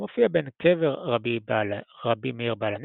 המופיע בין קבר רבי מאיר בעל הנס,